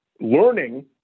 learning